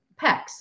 pecs